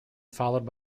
followed